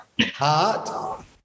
Heart